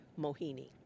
Mohini